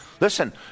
Listen